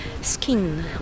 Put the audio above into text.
skin